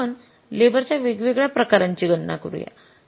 आता आपण लेबरच्या वेगवेगळ्या प्रकारांची गणना करूया